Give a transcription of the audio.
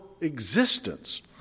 existence